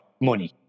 money